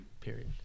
Period